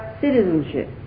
citizenship